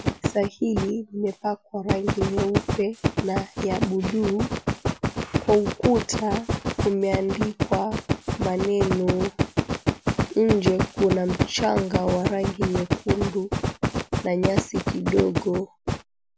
Kanisa hili limepakwa rangi nyeupe na ya buluu. Kwa ukuta kumeandikwa maneno. Nje kuna mchanga wa rangi nyekundu na nyasi kidogo.